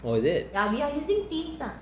oh is it